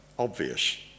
obvious